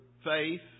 Faith